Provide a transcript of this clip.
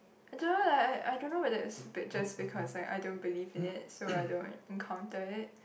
I don't know like I I don't know whether it's pictures because I I don't believe in it so I don't encounter it